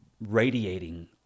radiating